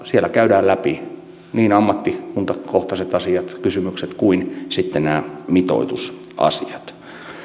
siellä käydään läpi niin ammattikuntakohtaiset kysymykset kuin sitten nämä mitoitusasiat